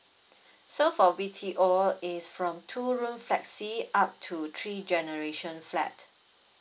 so for B_T_O it's from two room flexi up to three generation flat